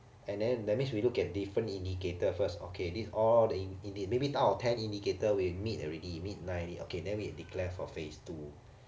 and then that means we look at different indicator first okay this all the in~ in~ maybe out of ten indicator we meet already meet nine already okay then we declare for phase two